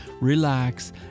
relax